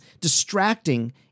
distracting